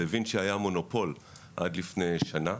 לדה וינצ'י היה מונופול עד לפני שנה,